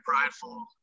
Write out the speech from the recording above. prideful